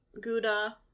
Gouda